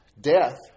death